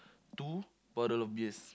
two bottle of beers